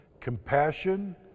compassion